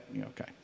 okay